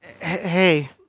Hey